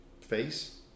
face